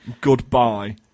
goodbye